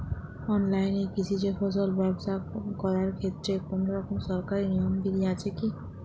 অনলাইনে কৃষিজ ফসল ব্যবসা করার ক্ষেত্রে কোনরকম সরকারি নিয়ম বিধি আছে কি?